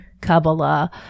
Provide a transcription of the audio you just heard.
Kabbalah